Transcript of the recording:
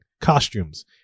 costumes